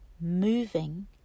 moving